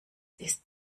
ist